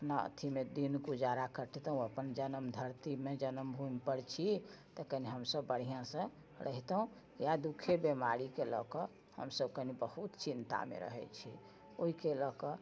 अपना अथीमे दिन गुजारा कटितहुँ अपन जनम धरती जनम भूमिपर छी तऽ कनी हमसब बढ़िआँसँ रहितहुँ या दुखे बीमारीके लअ कऽ हमसब कनी बहुत चिन्तामे रहै छी ओइके लअ कऽ कनी